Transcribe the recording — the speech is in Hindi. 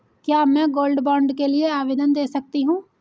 क्या मैं गोल्ड बॉन्ड के लिए आवेदन दे सकती हूँ?